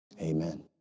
Amen